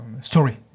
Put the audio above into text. story